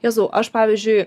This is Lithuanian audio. jėzau aš pavyzdžiui